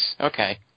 Okay